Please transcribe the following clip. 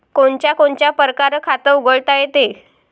कोनच्या कोनच्या परकारं खात उघडता येते?